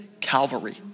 Calvary